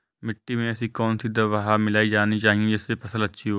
मिट्टी में ऐसी कौन सी दवा मिलाई जानी चाहिए जिससे फसल अच्छी हो?